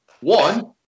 One